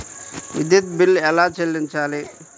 విద్యుత్ బిల్ ఎలా చెల్లించాలి?